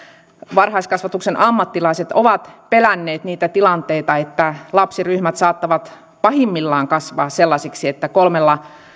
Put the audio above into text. varhaiskasvatuksen ammattilaiset ovat pelänneet niitä tilanteita että lapsiryhmät saattavat pahimmillaan kasvaa sellaisiksi että kolmella